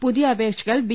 പുതിയ അപേക്ഷകൾ ബി